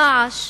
רעש,